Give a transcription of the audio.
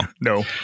no